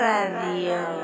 Radio